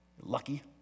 lucky